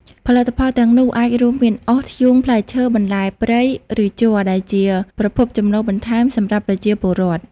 ផលិតផលទាំងនោះអាចរួមមានអុស ធ្យូង ផ្លែឈើ បន្លែព្រៃ ឬជ័រ ដែលជាប្រភពចំណូលបន្ថែមសម្រាប់ប្រជាពលរដ្ឋ។